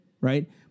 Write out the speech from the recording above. right